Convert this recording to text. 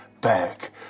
back